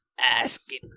Asking